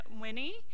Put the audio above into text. Winnie